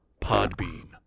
Podbean